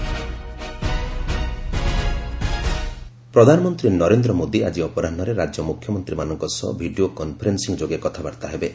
PM CM ପ୍ରଧାନମନ୍ତ୍ରୀ ନରେନ୍ଦ୍ର ମୋଦୀ ଆଜି ଅପରାହୁରେ ରାଜ୍ୟ ମୁଖ୍ୟମନ୍ତ୍ରୀମାନଙ୍କ ସହ ଭିଡ଼ିଓ କନଫରେନ୍ଦିଂ ଯୋଗେ କଥାବାର୍ତ୍ତା ହେବେ